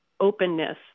openness